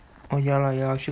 orh ya lah ya lah she